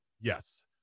yes